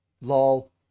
LOL